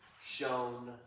shown